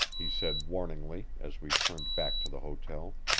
he said warningly, as we turned back to the hotel.